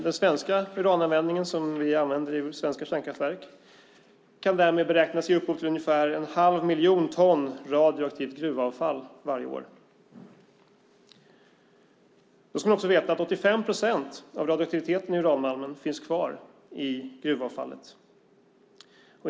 Den mängd som vi använder i svenska kärnkraftverk kan därmed beräknas ge upphov till ungefär en halv miljon ton radioaktivt gruvavfall varje år. Man ska också veta att 85 procent av radioaktiviteten i uranmalmen finns kvar i gruvavfallet.